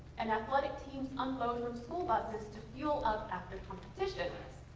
and athletic teams unload from school buses to fuel up after competitions.